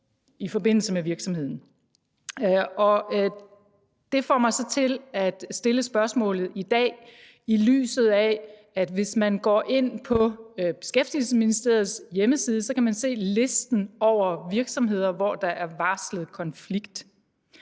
i forhold til virksomheden. Det får mig så til at stille spørgsmålet i dag i lyset af det. Hvis man går ind på Beskæftigelsesministeriets hjemmeside, kan man se listen over virksomheder, hvor der er varslet konflikt.